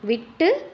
விட்டு